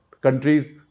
countries